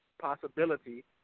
possibility